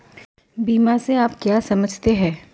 बीमा से आप क्या समझते हैं?